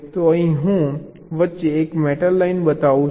તો અહીં હું વચ્ચે એક મેટલ લાઈન બતાવું છું